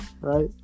Right